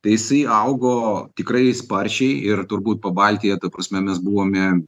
tai jisai augo tikrai sparčiai ir turbūt pabaltyje ta prasme mes buvome